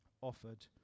offered